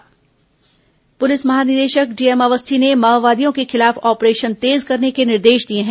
DGP बैठक पुलिस महानिदेशक डीएम अवस्थी ने माओवादियों के खिलाफ ऑपरेशन तेज करने के निर्देश दिए हैं